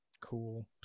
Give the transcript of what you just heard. cool